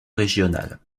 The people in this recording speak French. régional